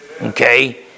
Okay